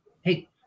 hey